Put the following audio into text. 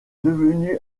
devenu